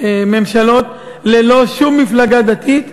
ממשלות ללא שום מפלגה דתית.